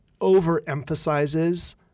overemphasizes